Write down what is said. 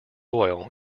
oil